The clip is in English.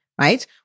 right